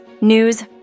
news